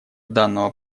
данного